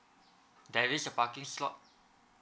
there is a parking slot